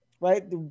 right